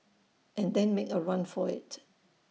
and then make A run for IT